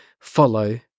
follow